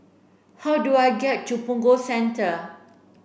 how do I get to Punggol Central